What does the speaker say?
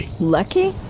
Lucky